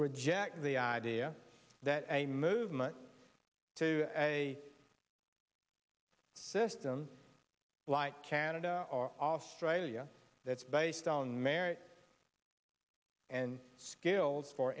reject the idea that a movement to a system like canada or australia that's based on mary and skills for